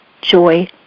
joy